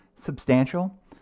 substantial